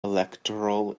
electoral